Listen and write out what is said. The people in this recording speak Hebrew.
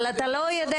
אבל אתה לא יודע